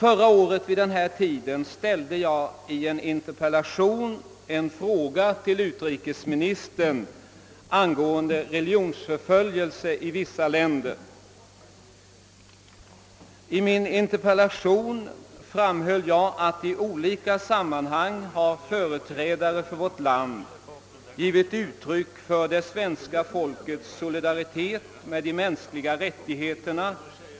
Vid samma tid förra året ställde jag i en interpellation en fråga till utrikesministern angående religionsförföljelse i vissa länder. I min interpellation framhöll jag att företrädare för vårt land i olika sammanhang har givit uttryck för det svenska folkets solidaritet med de mänskliga rättigheterna